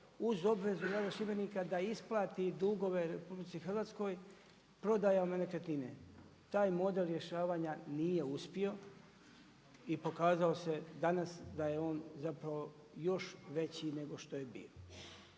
uz obvezu grada Šibenika da isplati dugove RH prodajom nekretnine. Taj model rješavanja nije uspio i pokazao se danas da je on zapravo još veći nego što je bio.